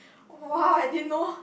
[wah] I didn't know